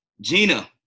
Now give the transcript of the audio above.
Gina